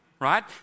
right